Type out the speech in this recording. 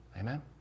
Amen